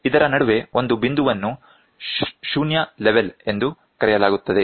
ಇದರ ನಡುವೆ ಒಂದು ಬಿಂದುವನ್ನು 0 ಲೆವೆಲ್ ಎಂದು ಕರೆಯಲಾಗುತ್ತದೆ